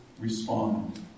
respond